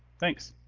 thanks.